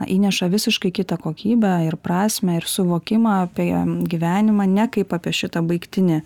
įneša visiškai kitą kokybę ir prasmę ir suvokimą apie gyvenimą ne kaip apie šitą baigtinį